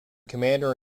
commander